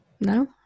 No